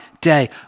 day